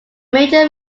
major